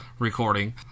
recording